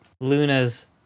Luna's